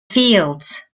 fields